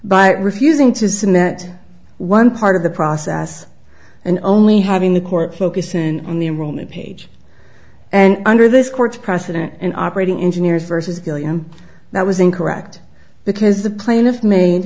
but refusing to cement one part of the process and only having the court focus in on the enrollment page and under this court's precedent in operating engineers vs gilliam that was incorrect because the plaintiff made